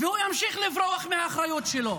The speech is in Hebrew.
והוא ימשיך לברוח מהאחריות שלו.